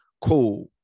cool